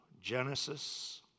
Genesis